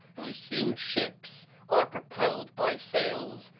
whose huge ships are propelled by sails.